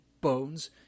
Bones